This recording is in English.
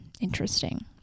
interesting